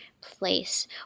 place